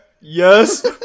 yes